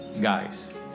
guys